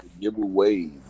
giveaway